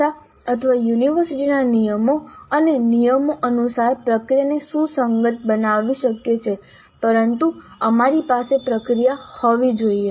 સંસ્થા અથવા યુનિવર્સિટીના નિયમો અને નિયમો અનુસાર પ્રક્રિયાને સુસંગત બનાવવી શક્ય છે પરંતુ અમારી પાસે પ્રક્રિયા હોવી જોઈએ